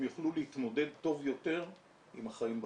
יוכלו להתמודד טוב יותר עם החיים בחוץ.